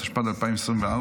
התשפ"ד 2024,